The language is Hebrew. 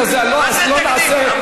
להצביע ולא קיבלנו.